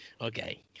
Okay